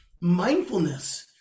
mindfulness